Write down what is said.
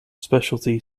specialty